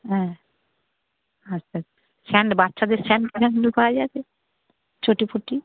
হ্যাঁ আচ্ছা স্যান্ড বাচ্চাদের স্যান্ডেল পাওয়া যাচ্ছে চটি ফটি